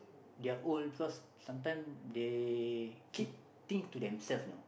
they are old because sometime they keep think to themself know